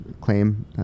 claim